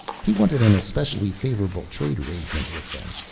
he wanted an especially favorable trade agreement with them.